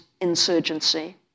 insurgency